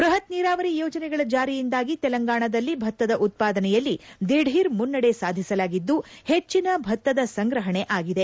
ಬೃಹತ್ ನೀರಾವರಿ ಯೋಜನೆಗಳ ಜಾರಿಯಿಂದಾಗಿ ತೆಲಂಗಾಣದಲ್ಲಿ ಭತ್ತದ ಉತ್ಪಾದನೆಯಲ್ಲಿ ದಿಧೀರ್ ಮುನ್ನಡೆ ಸಾಧಿಸಲಾಗಿದ್ದು ಹೆಚ್ಚಿನ ಭತ್ತದ ಸಂಗ್ರಹಣೆ ಆಗಿದೆ